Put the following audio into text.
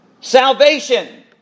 Salvation